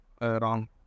wrong